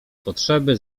potrzeby